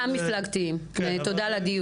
א-מפלגתיים, תודה על הדיוק.